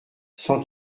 cent